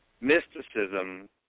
mysticism